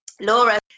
laura